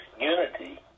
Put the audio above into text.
unity